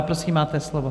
Prosím, máte slovo.